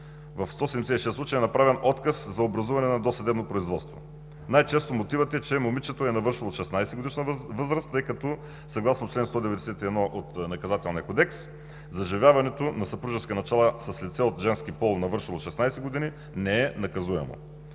в 176 случая е направен отказ за образуване на досъдебно производство. Най-често мотивът е, че момичето е навършило 16-годишна възраст, тъй като съгласно чл. 191 от Наказателния кодекс: „Заживяването на съпружески начала с лице от женски пол, навършило 16 години, не е наказуемо“.